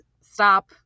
stop